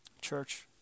Church